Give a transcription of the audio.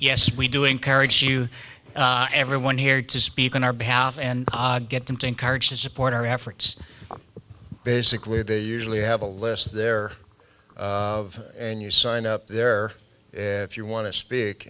yes we do encourage you and everyone here to speak on our behalf and get them to encourage and support our efforts basically they usually have a list there of your sign up there if you want to speak